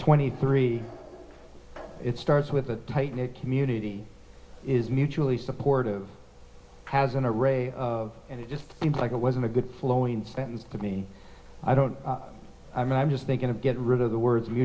twenty three it starts with a tight knit community is mutually supportive has an array of and it just seems like it wasn't a good flowing sentence but me i don't i'm just thinking to get rid of the words we